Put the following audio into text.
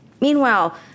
Meanwhile